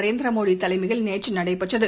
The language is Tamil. நரேந்திர மோடி தலைமையில் நேற்று நடைபெற்றது